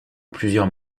plusieurs